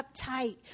uptight